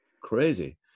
crazy